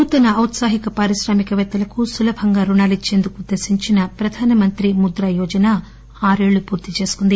నూతన ఔత్పాహిక పారిశ్రామిక పేత్తలకు సులభంగా రుణాలు ఇచ్చేందుకు ఉద్దేశించిన ప్రధాన మంత్రి ముద్రా యోజన ఆరేళ్లు పూర్తి చేసుకుంది